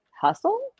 hustle